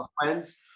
friends